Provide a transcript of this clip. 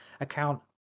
account